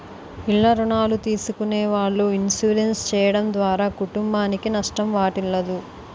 ఇల్ల రుణాలు తీసుకునే వాళ్ళు ఇన్సూరెన్స్ చేయడం ద్వారా కుటుంబానికి నష్టం వాటిల్లదు